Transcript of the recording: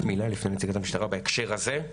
אני יכול רק כמה מילים לפני נציגת המשטרה בהקשר הזה?